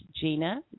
Gina